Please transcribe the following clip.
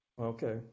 Okay